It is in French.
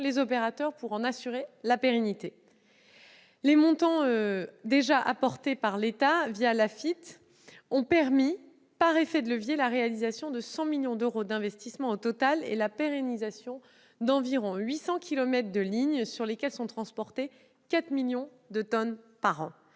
des opérateurs pour en assurer la pérennité. Les montants déjà apportés par l'État l'AFITF ont permis, par effet de levier, la réalisation de 100 millions d'euros d'investissements au total et la pérennisation d'environ 800 kilomètres de lignes sur lesquels sont transportées 4 millions de tonnes par an.